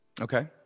okay